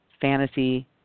Fantasy